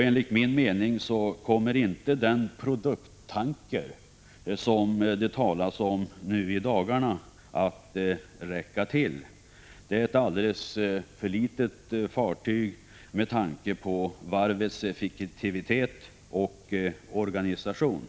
Enligt min mening kommer det inte att vara tillräckligt med den produkttanker som det nu i dagarna talas om. Fartyget är alldeles för litet, med tanke på varvets effektivitet och organisation.